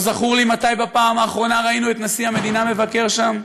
לא זכור לי מתי בפעם האחרונה ראינו את נשיא המדינה מבקר שם,